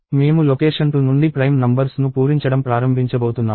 మేము లొకేషన్ 2 నుండి prime numbers ను పూరించడం ప్రారంభించబోతున్నాము